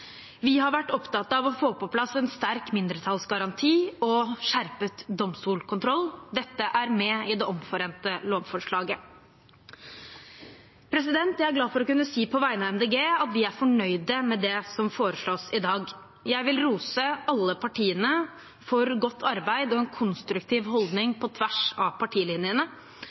Vi har vært opptatt av å få på plass en sterk mindretallsgaranti og skjerpet domstolskontroll. Dette er med i det omforente lovforslaget. Jeg er på vegne av Miljøpartiet De Grønne glad for å kunne si at vi er fornøyd med det som foreslås i dag. Jeg vil rose alle partiene for godt arbeid og en konstruktiv holdning på tvers av partilinjene.